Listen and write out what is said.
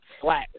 flat